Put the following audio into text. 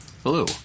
Hello